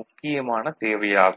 முக்கியமான தேவை ஆகும்